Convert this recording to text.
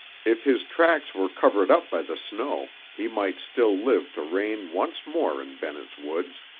if his tracks were covered up by the snow, he might still live to reign once more in bennett's woods.